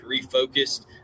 refocused